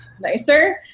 nicer